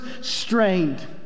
strained